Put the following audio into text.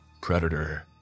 Predator